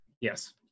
Yes